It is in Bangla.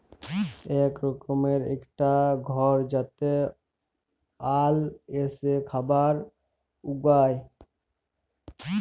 ইক রকমের ইকটা ঘর যাতে আল এসে খাবার উগায়